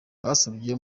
basabye